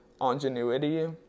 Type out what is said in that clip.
ingenuity